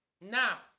now